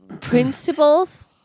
principles